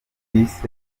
bise